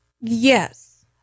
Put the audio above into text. Yes